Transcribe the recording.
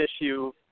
issue